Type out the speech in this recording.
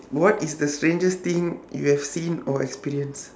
what is the strangest thing you have seen or experienced